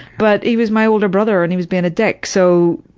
but he was my older brother and he was being a dick, so,